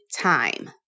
time